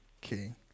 King